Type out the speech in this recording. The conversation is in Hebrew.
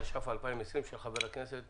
התש"ף 2020 של חבר הכנסת